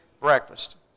breakfast